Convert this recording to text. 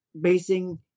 basing